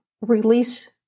release